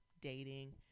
dating